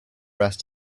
rest